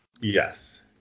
Yes